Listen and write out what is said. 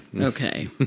okay